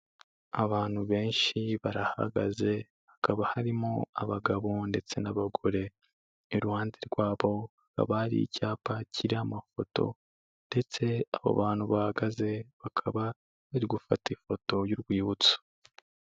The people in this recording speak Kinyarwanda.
Abantu benshi barahagaze, hakaba harimo abagabo ndetse n'abagore, iruhande rwabo hakaba hari icyapa kiriho amafoto ndetse abo bantu bahagaze bakaba bari gufata ifoto y'urwibutso.